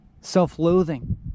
self-loathing